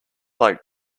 like